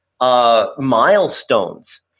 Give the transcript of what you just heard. milestones